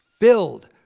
filled